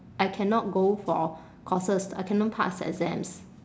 I cannot go for courses I cannot pass exams